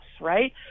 right